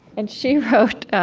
and she wrote,